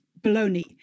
baloney